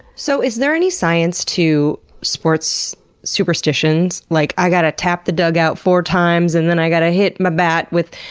so is there any science to sports superstitions like, i gotta tap the dugout four times and then i gotta hit my bat with,